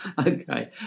Okay